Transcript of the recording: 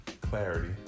clarity